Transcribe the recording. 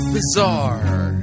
Bizarre